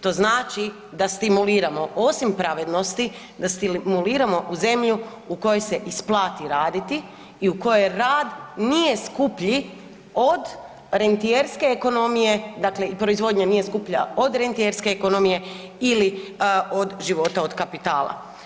To znači da stimuliramo osim pravednosti, da stimuliramo u zemlju u kojoj se isplati raditi i u kojoj rad nije skuplji od rentijerske ekonomije i proizvodnja nije skuplja od rentijerske ekonomije ili od života od kapitala.